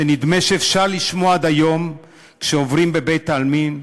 שנדמה שאפשר לשמוע עד היום כשעוברים בבית-העלמין,